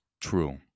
True